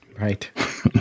Right